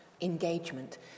engagement